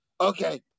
Okay